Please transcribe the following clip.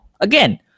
Again